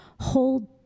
hold